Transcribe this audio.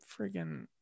friggin